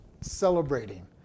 celebrating